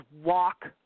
walk